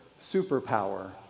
superpower